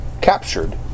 captured